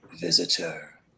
Visitor